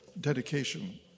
dedication